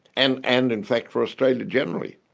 and and in fact for australia generally.